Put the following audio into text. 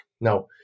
now